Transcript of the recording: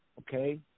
Okay